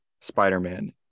Spider-Man